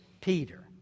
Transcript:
Peter